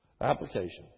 Application